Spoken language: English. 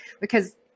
because-